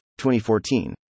2014